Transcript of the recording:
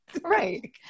Right